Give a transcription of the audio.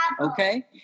Okay